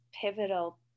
pivotal